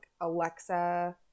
Alexa